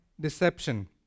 deception